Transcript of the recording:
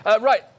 Right